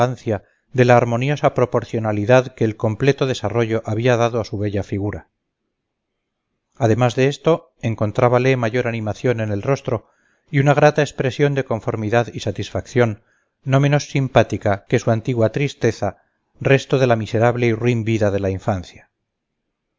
de la armoniosa proporcionalidad que el completo desarrollo había dado a su bella figura además de esto encontrábale mayor animación en el rostro y una grata expresión de conformidad y satisfacción no menos simpática que su antigua tristeza resto de la miserable y ruin vida de la infancia